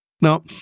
Now